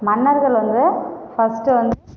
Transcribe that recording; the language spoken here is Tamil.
மன்னர்கள் வந்து ஃபஸ்ட்டு வந்து